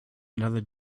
another